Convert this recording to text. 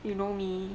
you know me